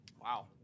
wow